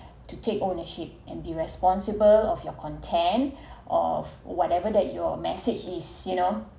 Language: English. to take ownership and be responsible of your content of whatever that your message is you know